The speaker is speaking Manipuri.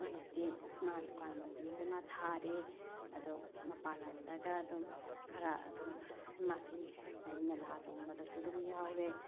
ꯍꯧꯖꯤꯛꯇꯤ ꯃꯥ ꯗꯨꯀꯥꯟ ꯈꯨꯗꯤꯡꯃꯛꯇ ꯃꯥ ꯊꯥꯔꯦ ꯑꯗꯣ ꯃꯄꯥꯜ ꯂꯝꯗꯒ ꯑꯗꯨꯝ ꯈꯔ ꯑꯗꯨꯝ ꯃꯥꯁꯤ ꯍꯥꯏꯗꯤ ꯃꯦꯂꯥꯒꯨꯝꯕꯗꯁꯨ ꯑꯗꯨꯝ ꯌꯥꯎꯔꯦ